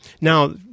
Now